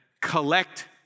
collect